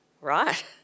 right